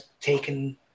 taken